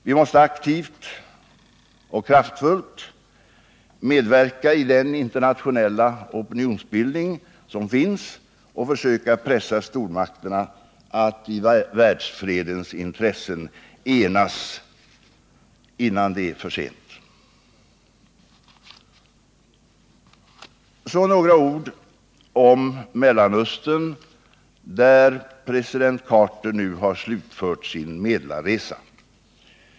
Vi måste aktivt och kraftfullt medverka i den internationella opinionsbildningen och försöka pressa stormakterna till att i världsfredens intresse enas, innan det är för sent. Så några ord om Mellanöstern, där president Carter nu har slutfört sin medlarresa.